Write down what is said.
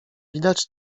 widać